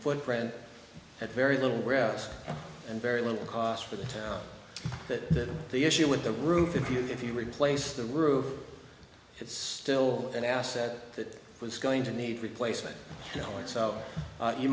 footprint at very little grass and very little cost for the town that the issue with the roof if you if you replace the roof it's still an asset that was going to need replacement so